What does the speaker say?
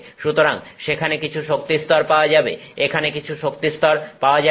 সুতরাং সেখানে কিছু শক্তিস্তর পাওয়া যাবে এখানে কিছু শক্তিস্তর পাওয়া যাবে